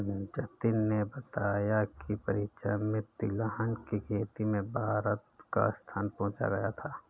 जतिन ने बताया की परीक्षा में तिलहन की खेती में भारत का स्थान पूछा गया था